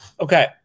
Okay